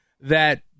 that-